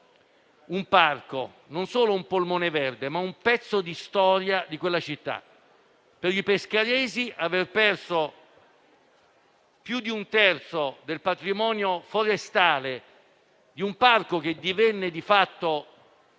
un parco, non solo un polmone verde, ma un pezzo della propria storia. Per i pescaresi aver perso più di un terzo del patrimonio forestale di un parco, che divenne di fatto